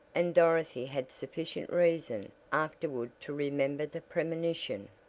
and dorothy had sufficient reason afterward to remember the premonition.